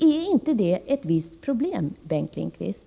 Är inte detta ett problem, Bengt Lindqvist?